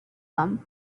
them